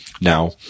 Now